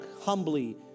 humbly